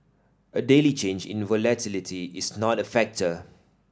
a daily change in volatility is not a factor